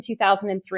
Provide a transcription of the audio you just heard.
2003